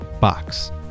box